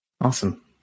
Awesome